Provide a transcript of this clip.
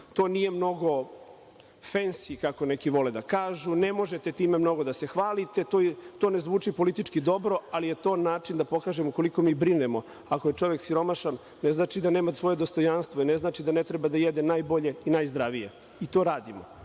nije mnogo fensi, kako neki vole da kažu, ne možete time mnogo da se hvalite, to ne zvuči politički dobro, ali je to način da pokažemo koliko mi brinemo, ako je čovek siromašan ne znači da nema svoje dostojanstvo, ne znači da ne treba da jede najbolje, najzdravije i to radimo.